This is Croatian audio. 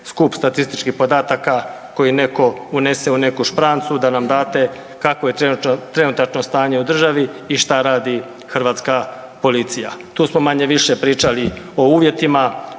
skup statističkih podataka koje netko unese u neku šprancu da nam date kakvo je trenutačno stanje u državi i šta radi hrvatska policije. Tu smo manje-više pričali o uvjetima